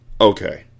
Okay